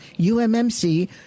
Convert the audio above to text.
UMMC